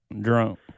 drunk